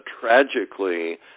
tragically